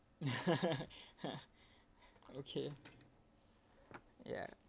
okay ya